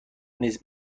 نیز